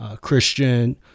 Christian